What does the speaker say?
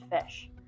fish